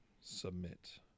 submit